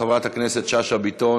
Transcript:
חברת הכנסת שאשא ביטון,